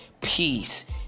peace